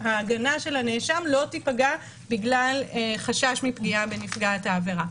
ההגנה של הנאשם לא תיפגע בגלל חשש מפגיעה בנפגעת העבירה,